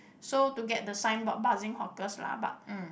so to get the signboard Buzzing Hawkers lah but